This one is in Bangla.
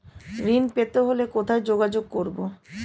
ঋণ পেতে হলে কোথায় যোগাযোগ করব?